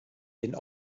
den